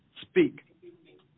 Speak